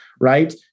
Right